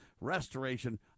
restoration